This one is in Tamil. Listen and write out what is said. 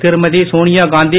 திருமதி சோனியாகாந்தி